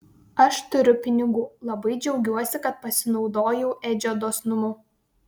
aš turiu pinigų labai džiaugiuosi kad pasinaudojau edžio dosnumu